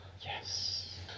Yes